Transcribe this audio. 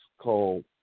called